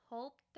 Hope